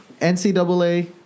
ncaa